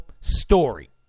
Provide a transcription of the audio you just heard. story